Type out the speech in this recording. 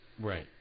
Right